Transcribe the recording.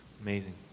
Amazing